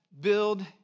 build